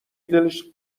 دلش